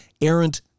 errant